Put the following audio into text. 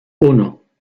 uno